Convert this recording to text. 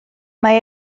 mae